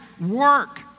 work